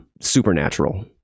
Supernatural